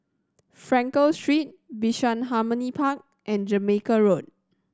Frankel Street Bishan Harmony Park and Jamaica Road